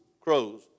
crows